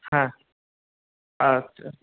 হ্যাঁ আচ্ছা